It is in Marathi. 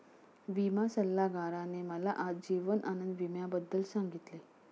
विमा सल्लागाराने मला आज जीवन आनंद विम्याबद्दल सांगितले